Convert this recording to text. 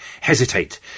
hesitate